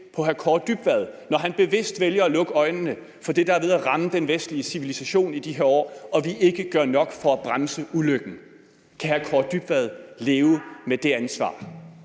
på ham, når han bevidst vælger at lukke øjnene for det, der er ved at ramme den vestlige civilisation i de her år, og vi ikke gør nok for at bremse ulykken? Kan udlændinge-